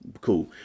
cool